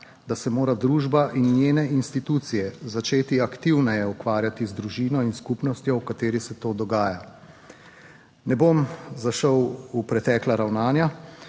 da se morajo družba in njene institucije začeti aktivneje ukvarjati z družino in skupnostjo, v kateri se to dogaja. Ne bom zašel v pretekla ravnanja,